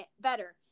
better